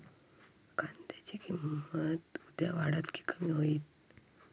कांद्याची किंमत उद्या वाढात की कमी होईत?